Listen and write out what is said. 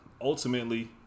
ultimately